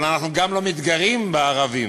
אבל אנחנו לא מתגרים בערבים,